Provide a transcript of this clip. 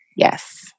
Yes